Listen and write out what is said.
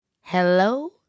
Hello